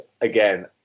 again